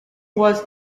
was